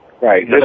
Right